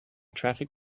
traffic